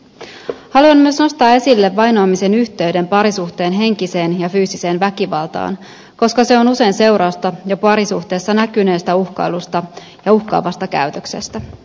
haluan myös nostaa esille vainoamisen yhteyden parisuhteen henkiseen ja fyysiseen väkivaltaan koska se on usein seurausta jo parisuhteessa näkyneestä uhkailusta ja uhkaavasta käytöksestä